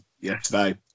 yesterday